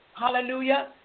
Hallelujah